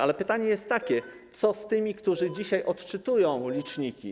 Ale pytanie jest takie: Co z tymi, którzy dzisiaj odczytują liczniki?